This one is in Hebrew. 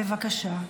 בבקשה.